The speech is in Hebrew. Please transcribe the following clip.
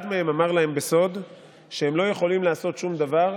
אחד מהם אמר להם בסוד שהם לא יכולים לעשות שום דבר